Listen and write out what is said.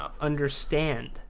understand